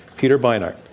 peter beinart.